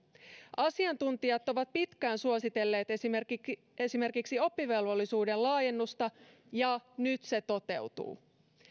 asiantuntijat ovat pitkään suositelleet esimerkiksi esimerkiksi oppivelvollisuuden laajennusta ja nyt se toteutuu